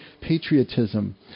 patriotism